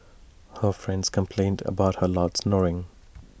her friends complained about her loud snoring